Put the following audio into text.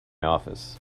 office